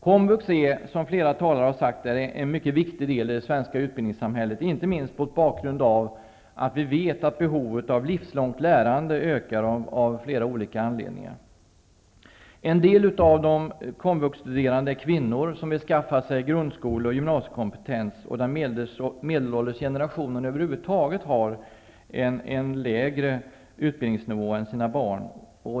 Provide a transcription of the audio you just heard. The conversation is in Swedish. Komvux är, som flera talare har sagt, en mycket viktig del i det svenska utbildningssamhället, inte minst mot bakgrund av att vi vet att behovet av livslångt lärande ökar, av flera olika anledningar. En del av de komvuxstuderande är kvinnor som vill skaffa sig grundskole och gymnasiekompetens, där den medelålders generationen över huvud taget har en lägre utbildningsnivå än sina barn.